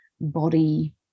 body